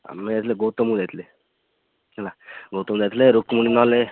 ଆମେ ଯାଇଥିଲେ ଗୌତମକୁ ଯାଇଥିଲେ ହେଲା ଗୌତମ ଯାଇଥିଲେ ରୁକ୍ମଣୀ ନହେଲେ